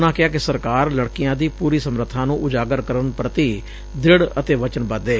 ਉਨ੍ਹਾਂ ਕਿਹਾ ਕਿ ਸਰਕਾਰ ਲੜਕੀਆਂ ਦੀ ਪੂਰੀ ਸਮਰਥਾ ਨੂੰ ਉਜਾਗਰ ਕਰਨ ਪ੍ਤੀ ਦ੍ਤਿ ਅਤੇ ਵਚਨਬੱਧ ਏ